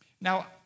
Now